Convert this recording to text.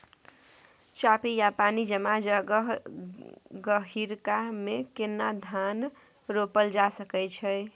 चापि या पानी जमा जगह, गहिरका मे केना धान रोपल जा सकै अछि?